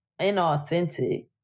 inauthentic